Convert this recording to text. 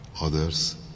others